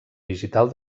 digital